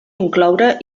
incloure